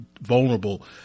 vulnerable